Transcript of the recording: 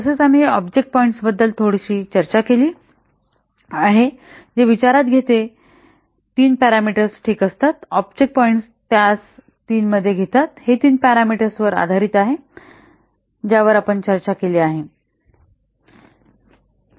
तसेच आम्ही object points बद्दल थोडीशी चर्चा केली आहे जे विचारात घेते किंवा तीन पॅरामीटर्स ठीक असतात ऑब्जेक्ट पॉईंट्स त्यास तीनमध्ये घेतात हे तीन पॅरामीटर्सवर आधारित आहे ज्यावर आपण चर्चा केली आहे